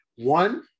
One